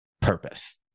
purpose